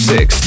Six